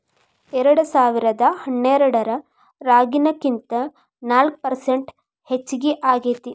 ಎರೆಡಸಾವಿರದಾ ಹನ್ನೆರಡರಾಗಿನಕಿಂತ ನಾಕ ಪರಸೆಂಟ್ ಹೆಚಗಿ ಆಗೇತಿ